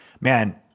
Man